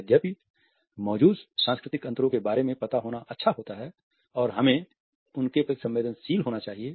यद्यपि मौजूद सांस्कृतिक अंतरों के बारे में पता होना अच्छा होता है और हमें उनके प्रति संवेदनशील होना चाहिए